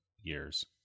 years